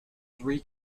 three